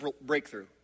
breakthrough